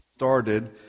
started